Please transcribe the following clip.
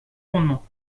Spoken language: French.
fondements